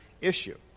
issue